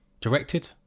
directed